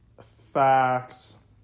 facts